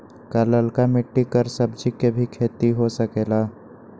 का लालका मिट्टी कर सब्जी के भी खेती हो सकेला?